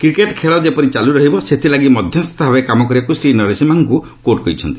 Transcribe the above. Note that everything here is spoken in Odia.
କ୍ରିକେଟ୍ ଖେଳ ଯେପରି ଚାଲୁରହିବ ସେଥିଳାଗି ମଧ୍ୟସ୍ଥତା ଭାବେ କାମ କରିବାକୁ ଶ୍ରୀ ନରସିମ୍ହାଙ୍କୁ କୋର୍ଟ କହିଛନ୍ତି